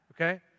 okay